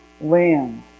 land